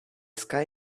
sky